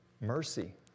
Mercy